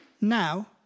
now